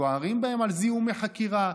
גוערים בהם על זיהומי חקירה,